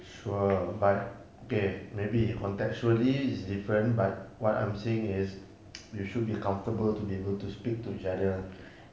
sure but okay maybe contextually is different but what I'm saying is you should be comfortable to be able to speak to each other